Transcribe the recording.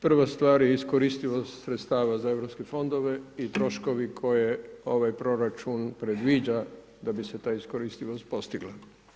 Prva stvar je iskoristivost sredstava za europske fondove i troškovi koje ovaj proračun predviđa da bi se ta iskoristivost postigla.